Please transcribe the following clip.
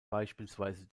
beispielsweise